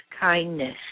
kindness